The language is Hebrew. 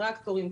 טרקטורים,